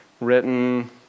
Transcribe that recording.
written